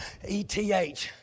ETH